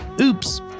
Oops